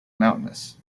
mountainous